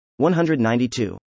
192